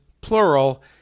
plural